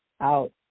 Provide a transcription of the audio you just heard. out